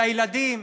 לילדים,